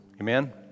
amen